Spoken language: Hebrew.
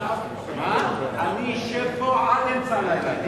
אני אשב פה עד אמצע הלילה.